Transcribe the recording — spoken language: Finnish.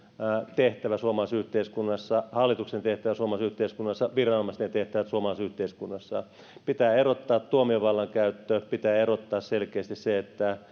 tehtävä suomalaisessa yhteiskunnassa hallituksen tehtävä suomalaisessa yhteiskunnassa viranomaisten tehtävät suomalaisessa yhteiskunnassa pitää erottaa tuomiovallan käyttö pitää erottaa selkeästi se